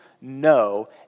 no